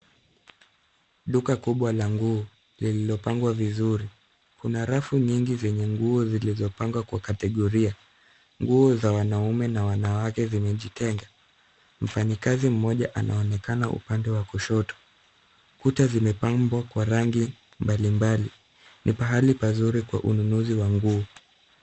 Duka kubwa la nguo lililopangwa vizuri. Kuna rafu nyingi zenye nguo zilizopangwa kwa kategoria. Nguo za wanaume na wanawake zimejitenga. Mfanyikazi mmoja anaonekana upande wa kushoto. Kuta zimepambwa kwa rangi mbali mbali. Ni pahali pazuri kwa ununuzi wa nguo.